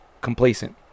complacent